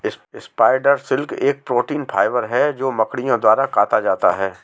spider silk एक protein fibre है जो मकड़ियों द्वारा काता जाता है